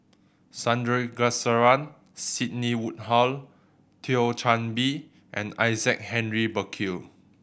Sandrasegaran Sidney Woodhull Thio Chan Bee and Isaac Henry Burkill